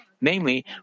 Namely